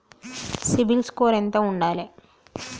CIBIL score ఎంత ఉండాలే?